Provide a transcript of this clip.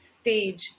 stage